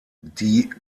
die